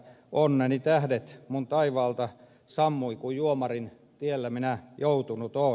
onneni tähdet mun taivaalta sammui kun juomarin tielle minä joutunut oon